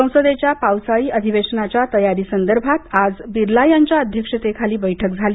संसदेच्या पावसाळी अधिवेशनाच्या तयारीसंदर्भात आज बिर्ला यांच्या अध्यक्षतेखाली बैठक झाली